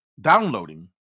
downloading